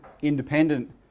independent